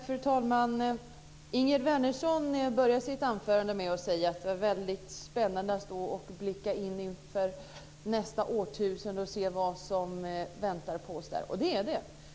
Fru talman! Ingegerd Wärnersson började sitt anförande med att säga att det är väldigt spännande att stå och blicka in i nästa årtusende och se vad som väntar på oss där. Och det är det.